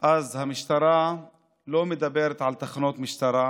אז המשטרה לא מדברת על תחנות משטרה